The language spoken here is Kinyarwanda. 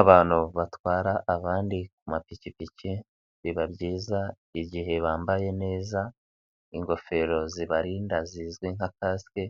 Abantu batwara abandi ku mapikipiki, biba byiza igihe bambaye neza ingofero zibarinda zizwi nka kasike,